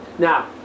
Now